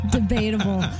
Debatable